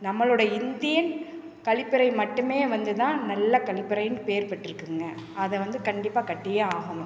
நம்மளோட இந்தியன் கழிப்பறை மட்டுமே வந்து தான் நல்ல கழிப்பறைன்னு பேர் பெற்றுருக்குதுங்க அதை வந்து கண்டிப்பாக கட்டியே ஆகணும்